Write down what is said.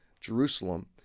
Jerusalem